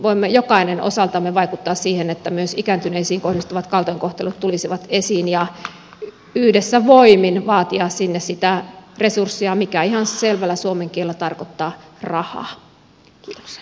voimme jokainen osaltamme vaikuttaa siihen että myös ikääntyneisiin kohdistuvat kaltoinkohtelut tulisivat esiin ja yhdessä voimin vaatia sinne sitä resurssia mikä ihan selvällä suomen kielellä tarkoittaa rahaa